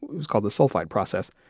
was called the sulfide process.